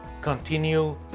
continue